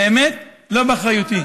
באמת לא באחריותי.